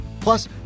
Plus